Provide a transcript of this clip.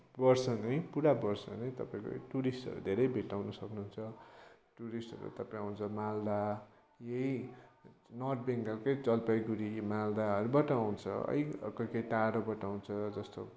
वर्ष नै पुरा वर्ष नै तपाईँको टुरिस्टहरू धेरै भेटाउन सक्नुहुन्छ टुरिस्टहरू तपाईँ आउँछ माल्दा यही नर्थ बेङ्गालकै जलपाईगुडी माल्दाहरूबाट आउँछ है कोही कोही टाढोबाट आउँछ जस्तो